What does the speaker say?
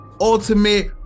Ultimate